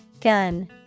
Gun